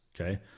Okay